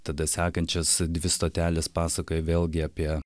tada sekančias dvi stoteles pasakoja vėlgi apie